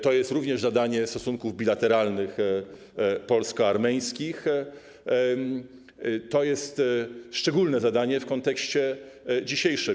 To jest również nadanie stosunków bilateralnych polsko-armeńskich, to jest szczególne zadanie w kontekście dzisiejszym.